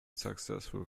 successful